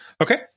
Okay